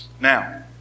Now